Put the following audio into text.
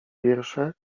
wiersze